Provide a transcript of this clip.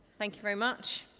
thank you very much.